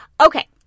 Okay